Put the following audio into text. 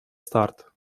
старт